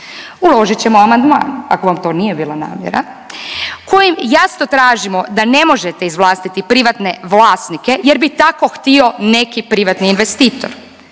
Uložit ćemo amandman ako vam to nije bila namjera kojim jasno tražimo da ne možete izvlastiti privatne vlasnike jer bi tako htio neki privatni investitor